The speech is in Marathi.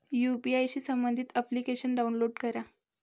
यू.पी.आय शी संबंधित अप्लिकेशन डाऊनलोड करा